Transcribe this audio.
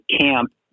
camp